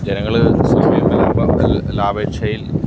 ജനങ്ങൾ സ്വയ ത്തിൽ ലാഭേച്ചയിൽ